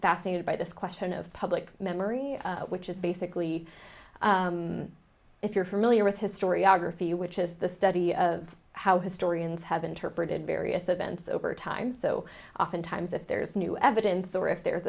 fascinated by this question of public memory which is basically if you're familiar with historiography which is the study of how historians have interpreted various events over time so often times if there is new evidence or if there